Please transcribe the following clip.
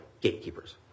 gatekeepers